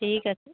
ঠিক আছে